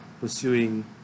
pursuing